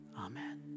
Amen